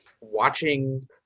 watching